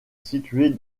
située